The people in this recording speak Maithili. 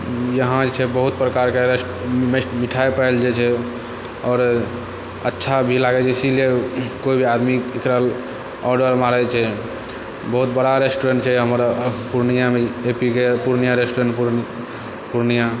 यहाँ जे छै बहुत प्रकारके मिठाइ पैल जाइ छै आओर अच्छा भी लागै छै इसीलिए कोइभी आदमी एकरा ऑडर मारै छै बहुत बड़ा रेस्टोरेन्ट छै हमर पूर्णियामे एपीके पूर्णिया रेस्टोरेन्ट पूर्णिया